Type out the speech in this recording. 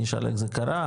נשאל איך זה קרה,